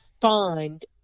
find –